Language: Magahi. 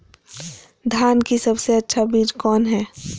धान की सबसे अच्छा बीज कौन है?